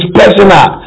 personal